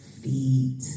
feet